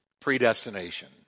predestination